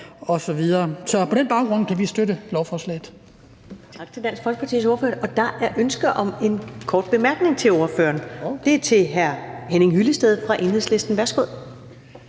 på den baggrund kan vi støtte lovforslaget.